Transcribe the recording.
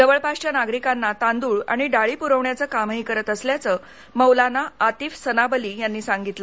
जवळपासच्या नागरिकांना तांदूळ आणि डाळी पुरवण्याच कामही करत असल्याचं मौलाना आतीफ सनाबली यांनी सांगितलं